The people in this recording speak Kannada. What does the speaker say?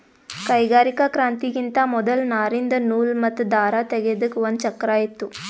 ಕೈಗಾರಿಕಾ ಕ್ರಾಂತಿಗಿಂತಾ ಮೊದಲ್ ನಾರಿಂದ್ ನೂಲ್ ಮತ್ತ್ ದಾರ ತೇಗೆದಕ್ ಒಂದ್ ಚಕ್ರಾ ಇತ್ತು